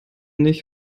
nicht